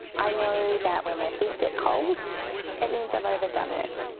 i know that when my feet get cold it means i've overdone it.